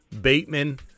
Bateman